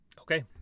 okay